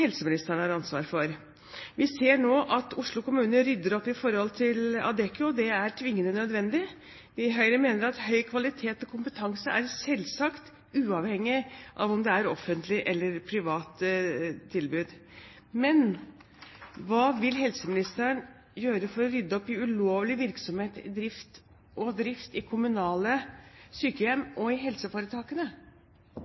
helseministeren har ansvar for. Vi ser nå at Oslo kommune rydder opp i forhold til Adecco. Det er tvingende nødvendig. Høyre mener at høy kvalitet og kompetanse er selvsagt, uavhengig av om det er et offentlig eller et privat tilbud. Men hva vil helseministeren gjøre for å rydde opp i ulovlig virksomhet og drift i kommunale sykehjem